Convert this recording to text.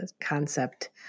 concept